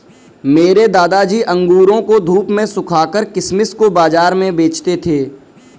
मेरे दादाजी अंगूरों को धूप में सुखाकर किशमिश को बाज़ार में बेचते थे